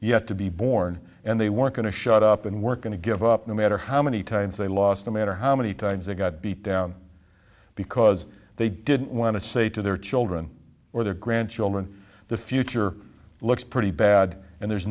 yet to be born and they were going to shut up and working to give up no matter how many times they lost no matter how many times they got beat down because they didn't want to say to their children or their grandchildren the future looks pretty bad and there's